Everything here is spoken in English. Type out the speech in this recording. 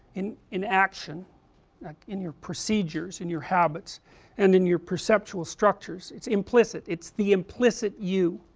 in in action in your procedures, in your habits and in your perceptual structures, it's implicit, it's the implicit you